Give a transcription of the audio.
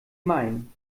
meinen